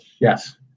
Yes